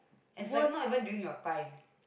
and it's like not even during your time